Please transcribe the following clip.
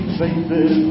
faces